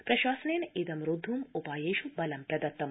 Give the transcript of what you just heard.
प्रशासनेन इदं रोधुं उपायेष बलं प्रदत्तम